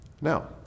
now